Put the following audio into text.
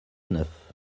neuf